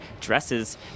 dresses